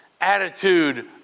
attitude